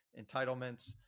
entitlements